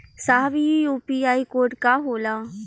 साहब इ UPI code का होला?